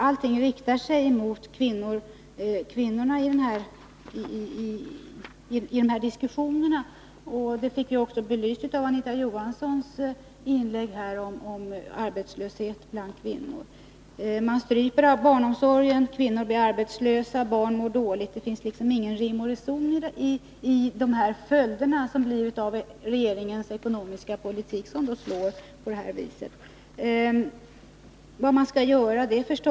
Allting i de här diskussionerna riktar sig mot kvinnorna. Detta fick vi också belyst i Anita Johanssons inlägg här om arbetslöshet bland kvinnor. Man stryper barnomsorgen, kvinnor blir arbetslösa och barn mår dåligt. Det finns inte rim och reson i följderna av regeringens ekonomiska politik, som slår på det här viset. Vad skall man då göra?